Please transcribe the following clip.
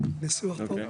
ניסוח טוב.